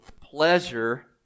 pleasure